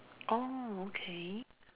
orh okay